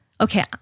Okay